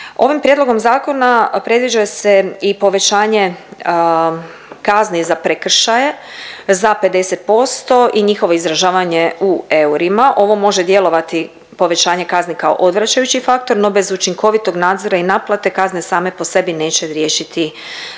Ovim prijedlogom zakona predviđa se i povećanje kazni za prekršaje za 50% i njihovo izražavanje u eurima. Ovo može djelovati povećanje kazni kao odvraćajući faktor, no bez učinkovitog nadzora i naplate kazne same po sebi neće riješiti problem.